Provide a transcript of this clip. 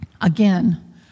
again